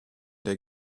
they